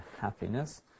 happiness